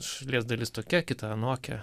šalies dalis tokia kita anokia